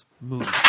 movie